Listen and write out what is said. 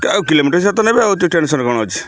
ଆଉ କିଲୋମିଟର ସହିତ ନେବେ ଆଉ ଏତେ ଟେନସନ କ'ଣ ଅଛି